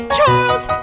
Charles